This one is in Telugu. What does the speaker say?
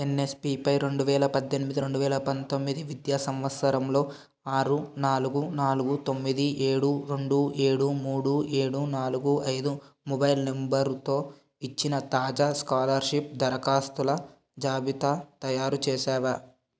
యన్యస్పిపై రెండువేల పద్దెనిమిది రెండువేల పంతొమ్మిది విద్యా సంవత్సరంలో ఆరు నాలుగు నాలుగు తొమ్మిది ఏడు రెండు ఏడు మూడు ఏడు నాలుగు ఐదు మొబైల్ నంబరుతో ఇచ్చిన తాజా స్కాలర్షిప్ దరఖాస్తుల జాబితా తయారుచేసావా